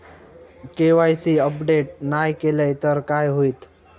KYC update नाय केलय तर काय होईत?